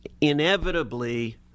Inevitably